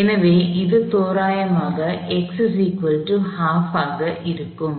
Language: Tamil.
எனவே அது தோராயமாக இருக்கும்